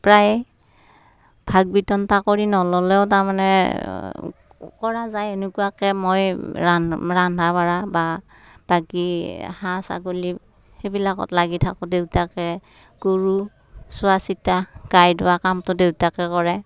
প্ৰায়ে ভাগ কৰি নল'লেও তাৰমানে কৰা যায় এনেকুৱাকৈ মই ৰন্ধা বঢ়া বা বাকী হাঁহ ছাগলী সেইবিলাকত লাগি থাকোঁ দেউতাকে গৰু চোৱাচিতা গাই ধোৱা কামটো দেউতাকে কৰে